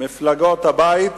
מפלגות הבית